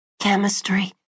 chemistry